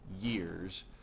years